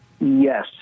Yes